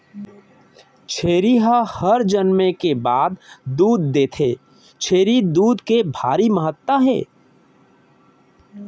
छेरी हर जनमे के बाद दूद देथे, छेरी दूद के भारी महत्ता हे